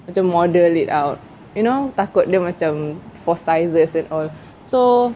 macam model it out you know takut dia macam for sizes and all so